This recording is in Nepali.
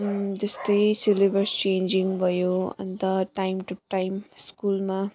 जस्तै सेलेबस चेन्जिङ भयो अनि त टाइम टु टाइम स्कुलमा